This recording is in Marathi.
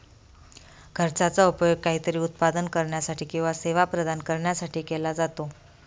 खर्चाचा उपयोग काहीतरी उत्पादन करण्यासाठी किंवा सेवा प्रदान करण्यासाठी केला जातो